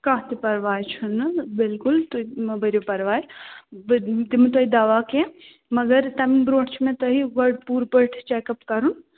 کانٛہہ تہِ پرواے چھُ نہٕ بِلکُل تُہۍ مہٕ بٔرِو پرواے بہٕ دِمہٕ تۄہہِ دوا کیٚنٛہہ مگر تَمہِ برٛونٛٹھ چھُ مےٚ تۅہہِ گۄڈٕ پوٗرٕ پٲٹھۍ چیٚک اَپ کَرُن